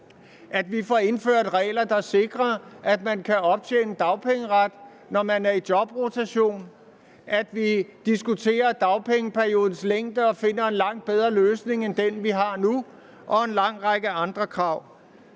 så vi får indført regler, der sikrer, at man kan optjene dagpengeret, når man er i jobrotation; og at vi diskuterer dels dagpengeperiodens længde og finder en langt bedre løsning end den, vi har nu, dels en lang række andre krav.